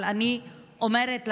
אבל אני אומרת להם,